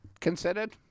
considered